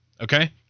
okay